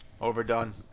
overdone